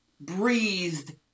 breathed